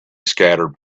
scattered